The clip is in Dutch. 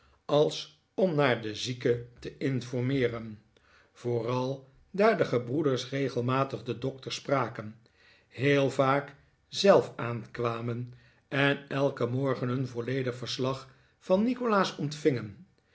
als om naar de zieke te informeeren vooral daar de gebroeders regelmatig den dokter spraken heel vaak zelf aankwamen en elken morgen een volledig verslag van nikolaas ontvingen